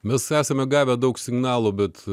mes esame gavę daug signalų bet